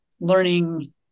learning